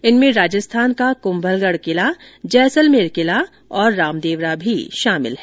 इनमें राजस्थान का क्म्भलगढ़ किला जैसलमेर किला और रामदेवरा भी शामिल हैं